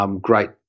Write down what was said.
great